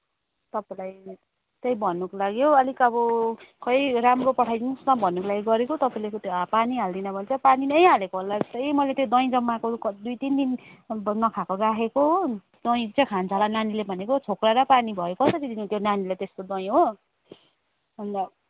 तपाईँलाई त्यही भन्नुको लागि हो अलिक अब खोई राम्रो पठाई दिनुहोस् न भन्नको लागि हौ गरेको तपाईँले त्यो पानी हाल्दिन भन्छ पानी नै हालेको होला जस्तै मैले त्यो दही जमाएको दुई तिन दिन नखाएको राखेको हो दही चाहिँ खान्छ होला नानीले भनेको छोक्रा र पानी भयो कसरी दिनु त्यो नानीलाई त्यस्तो दही हो अन्त